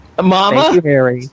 Mama